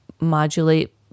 modulate